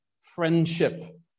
friendship